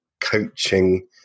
coaching